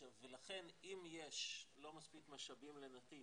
לכן אם יש לא מספיק משאבים לנתיב,